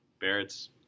Barrett's